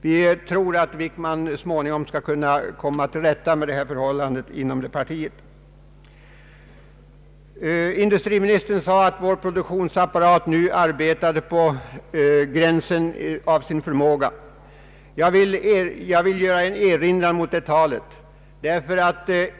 Vi tror att herr Wickman så småningom skall kunna komma till rätta med detta förhållande inom sitt parti. Industriministern sade att vår produktionsapparat nu arbetar på gränsen av sin förmåga. Jag vill göra en erinran mot det talet.